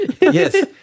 Yes